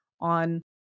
on